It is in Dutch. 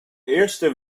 eerste